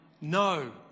no